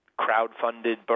crowdfunded